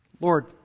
Lord